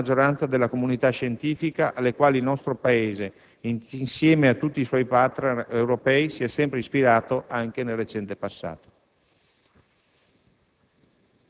dalla stragrande maggioranza della comunità scientifica, alle quali il nostro Paese - insieme a tutti i suoi *partner* europei -si è sempre ispirato anche nel recente passato.